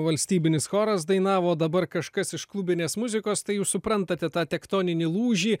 valstybinis choras dainavo dabar kažkas iš klubinės muzikos tai jūs suprantate tą tektoninį lūžį